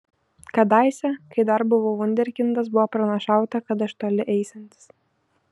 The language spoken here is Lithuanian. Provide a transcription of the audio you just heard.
kadaise kai dar buvau vunderkindas buvo pranašauta kad aš toli eisiantis